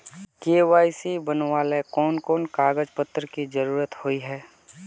KYC बनावेल कोन कोन कागज पत्र की जरूरत होय है?